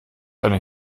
eine